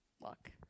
Look